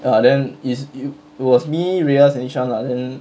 ya then is it was me riaz and yi shan lah then